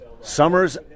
Summers